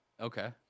Okay